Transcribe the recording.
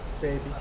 Baby